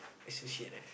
associate eh